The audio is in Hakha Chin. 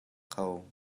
kho